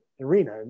arena